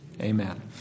amen